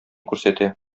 күрсәтә